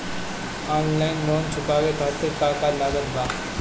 Online loan चुकावे खातिर का का लागत बा?